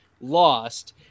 lost